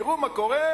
תראו מה קורה.